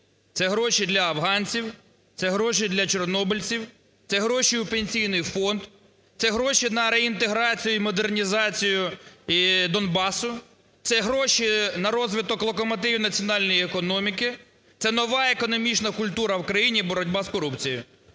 це гроші для афганців, це гроші для чорнобильців, це гроші у Пенсійний фонд, це гроші на реінтеграцію і модернізацію Донбасу, це гроші на розвиток локомотивів національної економіки, це нова економічна культура країні, боротьба з корупцією.